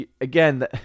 Again